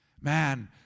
Man